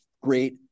great